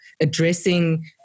addressing